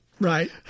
right